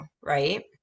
Right